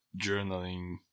journaling